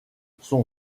son